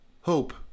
Hope